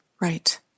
Right